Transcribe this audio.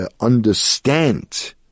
understand